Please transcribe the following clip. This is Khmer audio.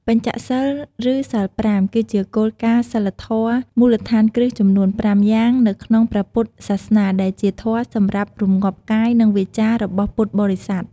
បញ្ចសីល ឬ សីល ៥ គឺជាគោលការណ៍សីលធម៌មូលដ្ឋានគ្រឹះចំនួនប្រាំយ៉ាងនៅក្នុងព្រះពុទ្ធសាសនា ដែលជាធម៌សម្រាប់ រម្ងាប់កាយ និងវាចា របស់ពុទ្ធបរិស័ទ។